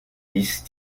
dix